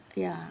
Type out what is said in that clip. ya